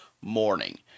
morning